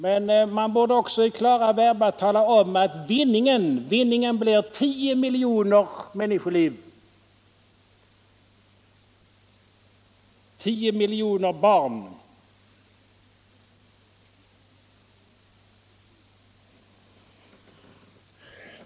Men man borde också i klara verba tala om att vinningen ligger i 10 miljoner räddade barn.